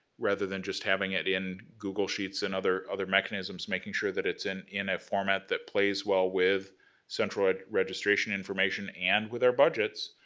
rather than just having it in google sheets and other other mechanisms, making sure that it's and in a format that plays well with central registration information and with our budgets,